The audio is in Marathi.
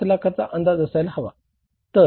5 लाखाचा अंदाज असायला हवा